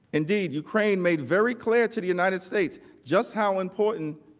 indeed, ukraine made very clear to the united states, just how important